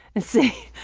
and say,